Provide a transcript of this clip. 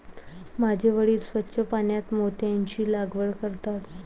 माझे वडील स्वच्छ पाण्यात मोत्यांची लागवड करतात